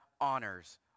honors